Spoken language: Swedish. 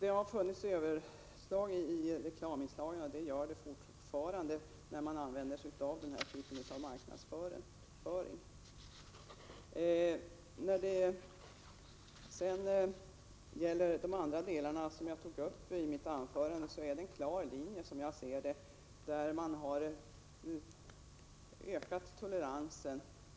Det har funnits överslag i reklamen och gör det fortfarande när man använder sig av denna typ av marknadsföring. När det sedan gäller det jag i övrigt tog upp i mitt anförande, kan man se en klar linje. Man har ökat toleransen.